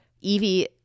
Evie